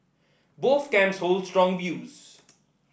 both camps hold strong views